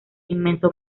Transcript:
inmenso